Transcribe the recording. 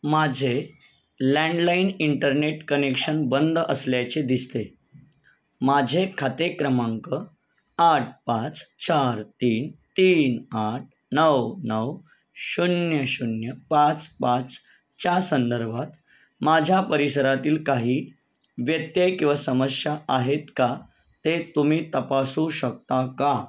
माझे landline internet connection बंद असल्याचे दिसते माझे खाते क्रमांक आठ पाच चार तीन तीन आठ नऊ नऊ शून्य शून्य पाच पाच च्या संदर्भात माझ्या परिसरातील काही व्यत्यय किंवा समस्या आहेत का ते तुम्ही तपासू शकता का